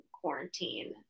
quarantine